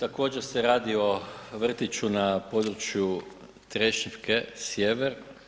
Također se radi o vrtiću na području Trešnjevke sjevere.